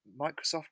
Microsoft